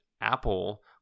Apple